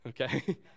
okay